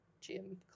gym